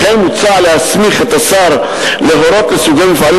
לכן מוצע להסמיך את השר להורות לסוגי מפעלים